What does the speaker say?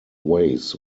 ways